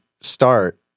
start